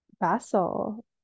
vessel